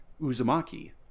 Uzumaki